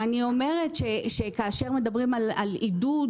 כאשר מדברים על עידוד,